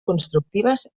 constructives